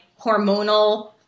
hormonal